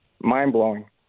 Mind-blowing